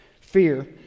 fear